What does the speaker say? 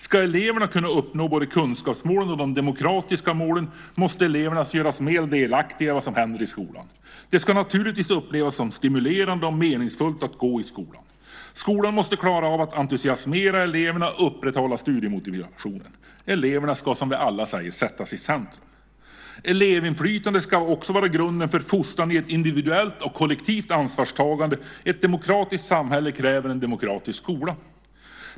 Ska eleverna kunna uppnå både kunskapsmålen och de demokratiska målen måste eleverna göras mer delaktiga i vad som händer i skolan. Det ska naturligtvis upplevas som stimulerande och meningsfullt att gå i skolan. Skolan måste klara av att entusiasmera eleverna och upprätthålla studiemotivationen. Eleverna ska, som vi alla säger, sättas i centrum. Elevinflytande ska också vara grunden för fostran i ett individuellt och kollektivt ansvarstagande. Ett demokratiskt samhälle kräver en demokratisk skola.